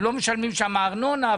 לא משלמים שם ארנונה,